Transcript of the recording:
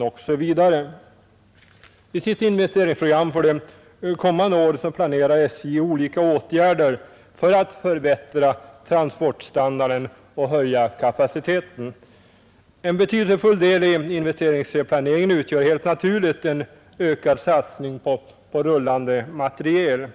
osv. I sitt investeringsprogram för det kommande året planerar SJ olika åtgärder för att förbättra transportstandarden och höja kapaciteten. En betydelsefull del i investeringsplaneringen utgör helt naturligt en ökad satsning på rullande materiel.